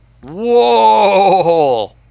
Whoa